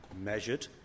measured